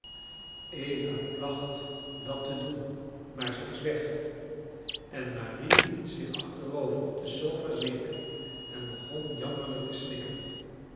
eva placht dat te doen maar ze is weg en marie liet zich achterover op de sofa zinken en begon jammerlijk